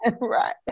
Right